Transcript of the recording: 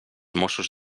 mossos